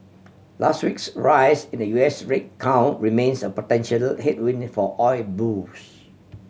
last week's rise in the U S rig count remains a potential headwind for oil bulls